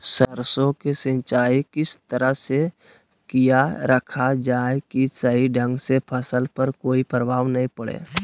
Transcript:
सरसों के सिंचाई किस तरह से किया रखा जाए कि सही ढंग से फसल पर कोई प्रभाव नहीं पड़े?